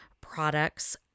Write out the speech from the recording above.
products